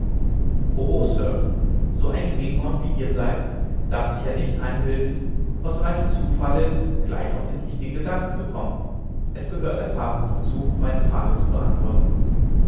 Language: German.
so ein greenhorn wie ihr seid darf sich ja nicht einbilden aus reinem zufalle gleich auf den richtigen gedanken zu kommen es gehört erfahrung dazu meine frage zu beantworten